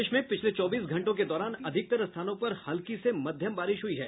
प्रदेश में पिछले चौबीस घंटों के दौरान अधिकतर स्थानों पर हल्की से मध्यम बारिश हुई है